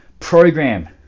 program